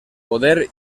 poder